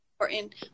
important